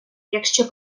якщо